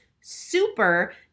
super